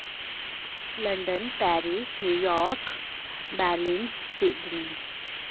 London Paris New York बैलिनस Sydney